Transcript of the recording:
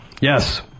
Yes